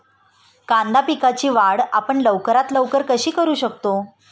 कांदा पिकाची वाढ आपण लवकरात लवकर कशी करू शकतो?